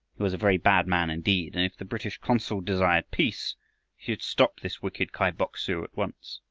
he was a very bad man indeed, and if the british consul desired peace he should stop this wicked kai bok-su at once.